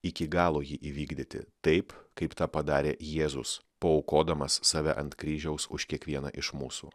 iki galo jį įvykdyti taip kaip tą padarė jėzus paaukodamas save ant kryžiaus už kiekvieną iš mūsų